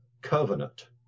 covenant